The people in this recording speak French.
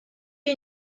lui